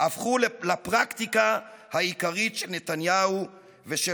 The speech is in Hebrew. הפכו לפרקטיקה העיקרית של נתניהו ושל